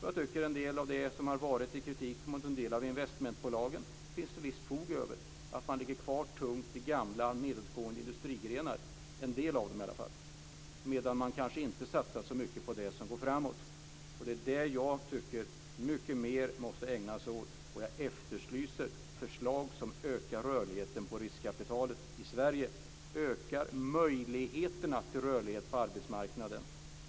Jag tycker att det finns visst fog för en del av den kritik som förekommit mot en del av investmentbolagen - åtminstone en del av dem ligger kvar tungt i gamla nedåtgående industrigrenar och kanske inte satsar så mycket på det som går framåt. Det är detta som jag tycker att man mycket mer måste ägna sig åt. Jag efterlyser förslag som ökar rörligheten vad gäller riskkapital i Sverige och som ökar möjligheterna till rörlighet på arbetsmarknaden.